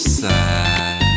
sad